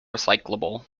recyclable